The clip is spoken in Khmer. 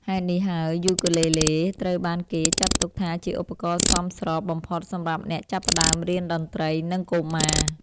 ហេតុនេះហើយ យូគូលេលេត្រូវបានគេចាត់ទុកថាជាឧបករណ៍សមស្របបំផុតសម្រាប់អ្នកចាប់ផ្តើមរៀនតន្ត្រី និងកុមារ។